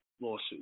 lawsuit